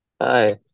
Hi